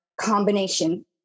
Combination